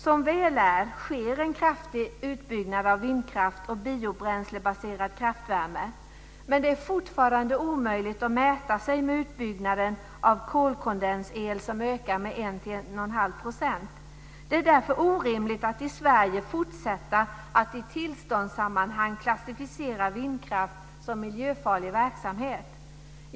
Som väl är sker en kraftig utbyggnad av vindkraft och biobränslebaserad kraftvärme. Men det är fortfarande omöjligt att mäta sig med utbyggnaden av kolkondensel som ökar med 1-11⁄2 %. Det är därför orimligt att i Sverige fortsätta att i tillståndssammanhang klassificera vindkraft som miljöfarlig verksamhet.